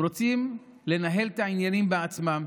הם רוצים לנהל את העניינים בעצמם.